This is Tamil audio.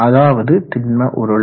அதாவது திண்ம உருளை